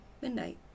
midnight